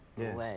yes